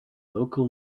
local